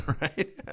Right